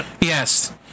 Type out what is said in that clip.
Yes